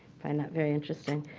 find that very interesting.